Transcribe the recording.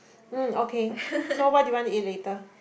mm okay so what do you want to eat later